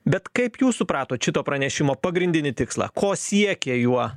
bet kaip jūs supratot šito pranešimo pagrindinį tikslą ko siekia juo